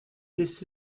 this